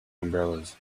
umbrellas